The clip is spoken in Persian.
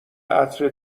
عطر